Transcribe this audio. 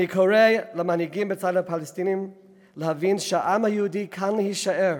אני קורא למנהיגים בצד הפלסטיני להבין שהעם היהודי כאן להישאר,